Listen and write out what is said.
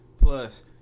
Plus